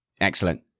Excellent